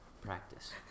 practice